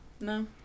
no